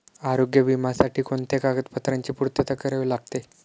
आरोग्य विम्यासाठी कोणत्या कागदपत्रांची पूर्तता करावी लागते?